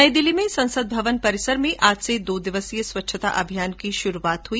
नई दिल्ली में संसद भवन परिसर में आज से दो दिवसीय स्वच्छता अभियान की शुरूआत हुई